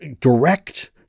direct